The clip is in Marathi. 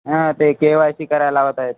हां ते के वाय सी करायला लावत आहेत